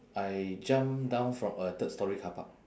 I jump down from a third storey carpark